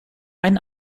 einen